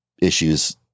issues